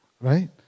right